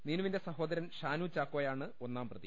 നീനുവിന്റെ സഹോദരൻ ഷാനു ചാക്കോയാണ് ഒന്നാം പ്രതി